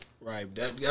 Right